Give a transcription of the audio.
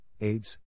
AIDS